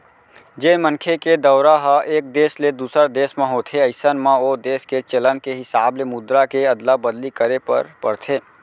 जेन मनखे के दौरा ह एक देस ले दूसर देस म होथे अइसन म ओ देस के चलन के हिसाब ले मुद्रा के अदला बदली करे बर परथे